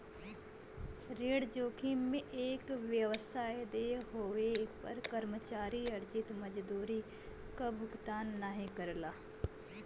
ऋण जोखिम में एक व्यवसाय देय होये पर कर्मचारी अर्जित मजदूरी क भुगतान नाहीं करला